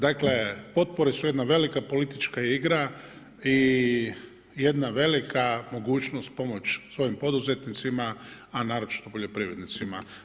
Dakle potpora su jedna velika politička igra i jedna velika mogućnost, pomoć svojim poduzetnicima, a naročito poljoprivrednicima.